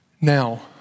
Now